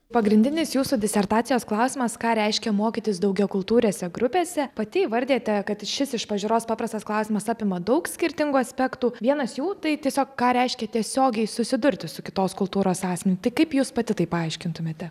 pagrindinis jūsų disertacijos klausimas ką reiškia mokytis daugiakultūrėse grupėse pati įvardijate kad šis iš pažiūros paprastas klausimas apima daug skirtingų aspektų vienas jų tai tiesiog ką reiškia tiesiogiai susidurti su kitos kultūros asmeniu tik kaip jūs pati tai paaiškintumėte